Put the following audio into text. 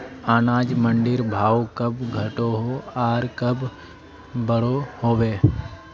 अनाज मंडीर भाव कब घटोहो आर कब बढ़ो होबे?